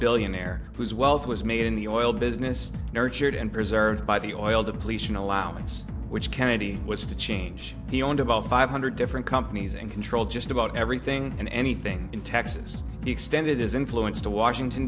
billionaire whose wealth was made in the oil business nurtured and preserved by the oil depletion allowance which kennedy was to change he owned about five hundred different companies and controlled just about everything and anything in texas he extended his influence to washington